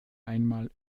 einmal